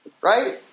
right